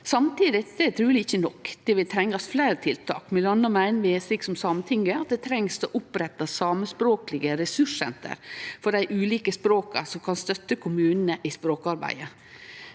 Samtidig er det truleg ikkje nok. Det vil trengast fleire tiltak. Mellom anna meiner vi, slik som Sametinget, at ein treng å opprette samiskspråklege resurssenter for dei ulike språka som kan støtte kommunane i språkarbeidet.